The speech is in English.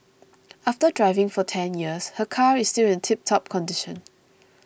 after driving for ten years her car is still in tiptop condition